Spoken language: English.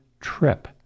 trip